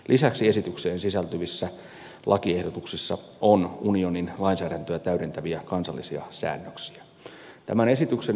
lisäksi esitykseen sisältyvissä lakiehdotuksissa on unionin lainsäädäntöä täydentäviä kansallisia säännöksiä